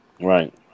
right